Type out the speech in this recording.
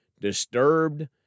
disturbed